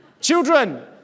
children